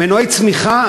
מנועי צמיחה,